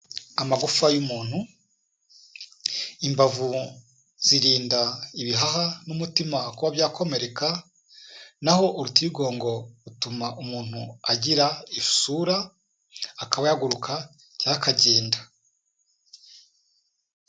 Amagufa y'umuntu, imbavu zirinda ibihaha n'umutima kuba byakomereka, na ho urutirigongo rutuma umuntu agira isura, akaba yahaguruka, cyangwa akagenda.